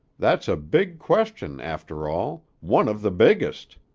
that's a big question, after all, one of the biggest.